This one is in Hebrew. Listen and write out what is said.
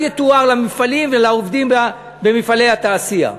יתואר למפעלים ולעובדים במפעלי התעשייה.